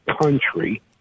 country